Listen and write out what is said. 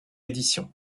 édition